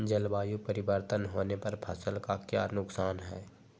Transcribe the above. जलवायु परिवर्तन होने पर फसल का क्या नुकसान है?